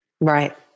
Right